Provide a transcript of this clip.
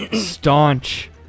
staunch